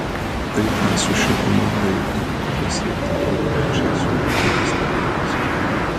tai ką su šia komanda jau pavyko pasiekti tomui pačėsui yra stebuklas